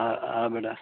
हा हा बेटा